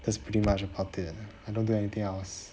that's pretty much what I did ah I don't think anything else